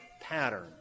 pattern